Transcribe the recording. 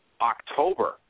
October